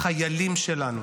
החיילים שלנו,